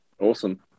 awesome